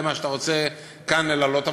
למה שאתה רוצה להעלות כאן,